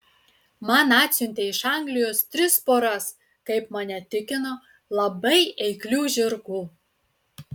man atsiuntė iš anglijos tris poras kaip mane tikino labai eiklių žirgų